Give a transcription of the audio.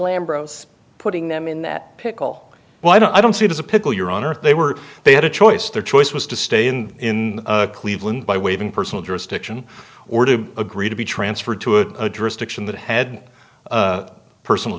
lambro putting them in that pickle well i don't i don't see it as a pickle your honor they were they had a choice their choice was to stay in cleveland by waiving personal jurisdiction or to agree to be transferred to an address to and that had personal